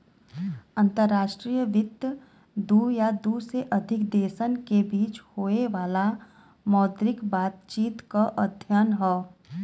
अंतर्राष्ट्रीय वित्त दू या दू से अधिक देशन के बीच होये वाला मौद्रिक बातचीत क अध्ययन हौ